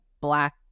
black